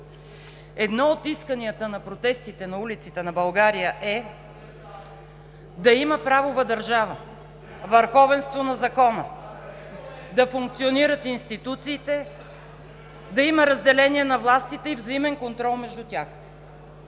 Едно от исканията на протестите по улиците на България е да има правова държава, върховенство на закона, да функционират институциите, да има разделение на властите и взаимен контрол между тях.